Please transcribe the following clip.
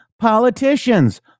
politicians